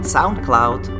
SoundCloud